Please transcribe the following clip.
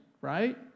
right